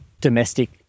domestic